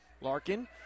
Larkin